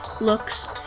looks